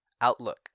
Outlook